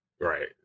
Right